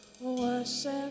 worship